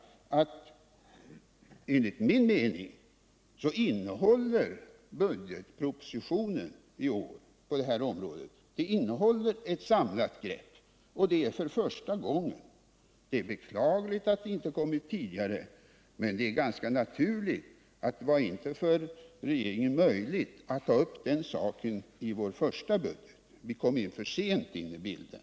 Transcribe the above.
Enligt min mening innehåller budgetpropositionen i år på detta område ett samlat grepp, och det för första gången. Det är beklagligt att det inte kommit tidigare, men det är ganska naturligt att det inte var möjligt för den nuvarande regeringen att ta upp den saken i sin första budget; vi kom för sent in i bilden.